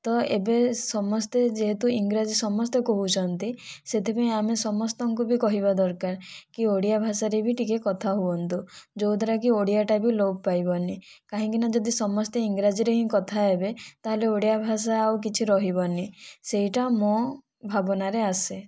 ତ ଏବେ ସମସ୍ତେ ଯେହେତୁ ଇଂରାଜୀ ସମସ୍ତେ କହୁଛନ୍ତି ସେଥିପାଇଁ ଆମେ ସମସ୍ତଙ୍କୁ ବି କହିବା ଦରକାର କି ଓଡ଼ିଆ ଭାଷାରେ ବି ଟିକେ କଥା ହୁଅନ୍ତୁ ଯେଉଁ ଦ୍ୱାରା କି ଓଡ଼ିଆ ଟା ବି ଲୋପ ପାଇବନି କାହିଁକି ନା ଯଦି ସମସ୍ତେ ଇଂରାଜୀରେ ହିଁ କଥା ହେବେ ତାହେଲେ ଓଡ଼ିଆ ଭାଷା ଆଉ କିଛି ରହିବନି ସେଇଟା ମୋ' ଭାବନା ରେ ଆସେ